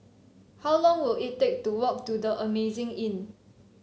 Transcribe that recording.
how long will it take to walk to The Amazing Inn